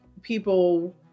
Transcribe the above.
people